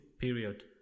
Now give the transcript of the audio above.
period